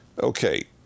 Okay